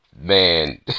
man